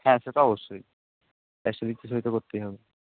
হ্যাঁ সে তো অবশ্যই করতেই হবে